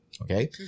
okay